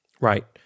right